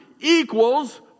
equals